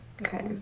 Okay